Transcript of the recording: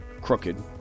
crooked